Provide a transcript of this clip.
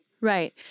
Right